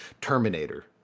Terminator